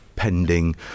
Pending